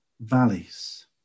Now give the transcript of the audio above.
valleys